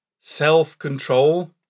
self-control